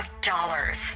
dollars